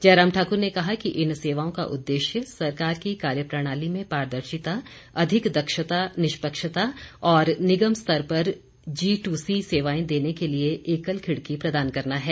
जयराम ठाकुर ने कहा कि इन सेवाओं का उददेश्य सरकार की कार्य प्रणाली में पारदर्शिता अधिक दक्षता निष्पक्षता और निगम स्तर पर जी टू सी सेवाएं देने के लिए एकल खिड़की प्रदान करना है